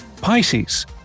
Pisces